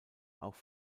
auch